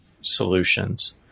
solutions